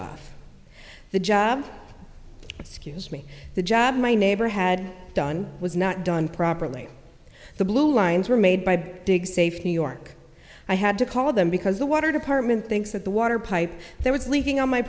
off the job scuse me the job my neighbor had done was not done properly the blue lines were made by big safe new york i had to call them because the water department thinks that the water pipe there was leaking on my